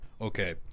Okay